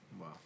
Wow